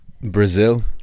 Brazil